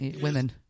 women